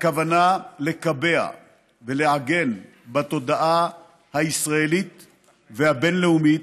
הכוונה לקבע ולעגן בתודעה הישראלית והבין-לאומית,